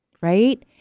Right